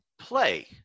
play